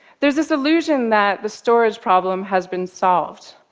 there's this illusion that the storage problem has been solved,